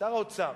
שר האוצר,